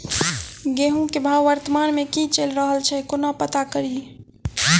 गेंहूँ केँ भाव वर्तमान मे की चैल रहल छै कोना पत्ता कड़ी?